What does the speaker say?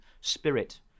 Spirit